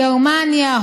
גרמניה,